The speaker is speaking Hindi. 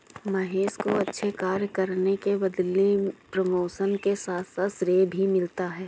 महेश को अच्छे कार्य करने के बदले प्रमोशन के साथ साथ श्रेय भी मिला